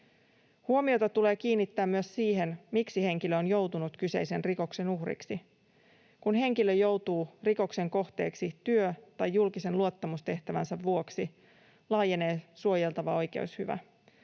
Huomiota tulee kiinnittää myös siihen, miksi henkilö on joutunut kyseisen rikoksen uhriksi. Kun henkilö joutuu rikoksen kohteeksi työ- tai julkisen luottamustehtävänsä vuoksi, laajenee suojeltava oikeushyvä.